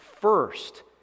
first